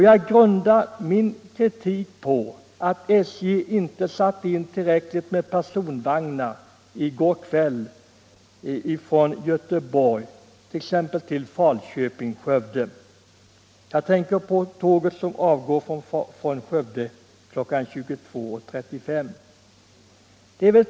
Jag grundar min kritik på att SJ i går kväll inte save in tillräckligt med personvagnar från Göteborg exempelvis till Falköping-Skövde. Jag tänker på tåget som avgår från Skövde kl. 22.35.